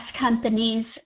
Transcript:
companies